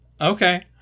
Okay